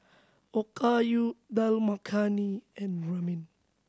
Okayu Dal Makhani and Ramen